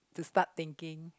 to start thinking